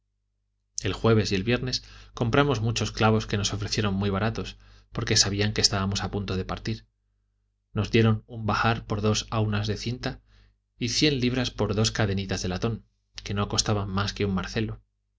el jueves y el viernes compramos muchos clavos que nos ofrecieron muy baratos porque sabían que estábamos a punto de partir nos dieron un bahar por dos aunas de cinta y cien libras por dos cadenitas de latón que no costaban más que un márcelo